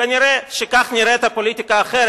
כנראה, כך נראית פוליטיקה אחרת.